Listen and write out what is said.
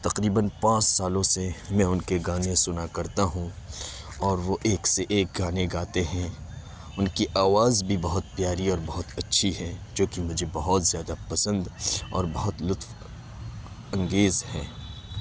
تقریباً پانچ سالوں سے میں ان کے گانے سنا کرتا ہوں اور وہ ایک سے ایک گانے گاتے ہیں ان کی آواز بھی بہت پیاری اور بہت اچھی ہے جو کہ مجھے بہت زیادہ پسند اور بہت لطف انگیز ہے